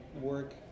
work